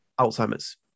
Alzheimer's